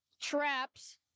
traps